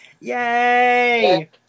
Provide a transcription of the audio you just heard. Yay